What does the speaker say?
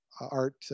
art